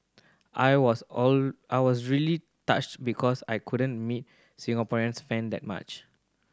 I was I was really touched because I couldn't meet Singaporean fan that much